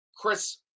Chris